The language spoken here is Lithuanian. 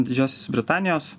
didžiosios britanijos